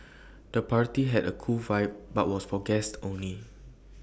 the party had A cool vibe but was for guests only